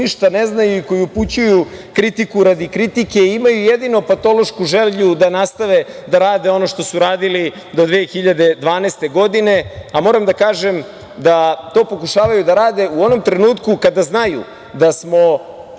ništa ne znaju i koji upućuju kritiku radi kritike i imaju jedino patološku želju da nastave da rade ono što su radili do 2012. godine, a moram da kažem da to pokušavaju da rade u onom trenutku kada znaju da smo